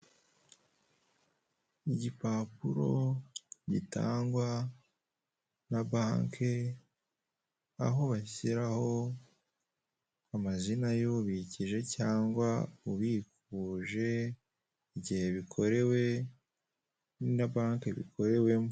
Igipapuro gitangwa na banki aho bashyiraho amazina y'ubikije cyangwa ubifuje igihe bikorewe na banki bikorewemo.